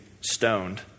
stoned